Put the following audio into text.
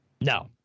No